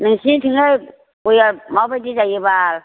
नोंसोरनिथिङै गयआ माबायदि जायो बाल